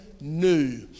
New